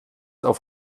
auf